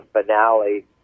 finale